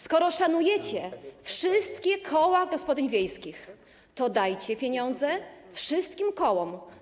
Skoro szanujecie wszystkie koła gospodyń wiejskich, to dajcie pieniądze wszystkim kołom.